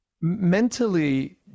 Mentally